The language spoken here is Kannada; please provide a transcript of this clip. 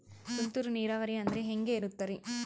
ತುಂತುರು ನೇರಾವರಿ ಅಂದ್ರೆ ಹೆಂಗೆ ಇರುತ್ತರಿ?